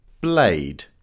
Blade